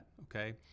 okay